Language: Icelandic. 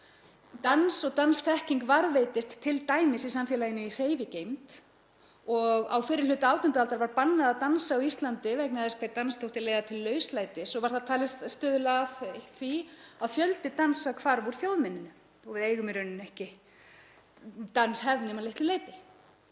Dans og dansþekking varðveitist t.d. í samfélaginu í hreyfigeymd. Á fyrri hluta 18. aldar var bannað að dansa á Íslandi vegna þess að dans þótti leiða til lauslætis og var það talið stuðla að því að fjöldi dansa hvarf úr þjóðmenningu og við eigum í rauninni ekki danshefð nema að litlu leyti.